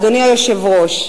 אדוני היושב-ראש,